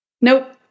Nope